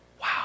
Wow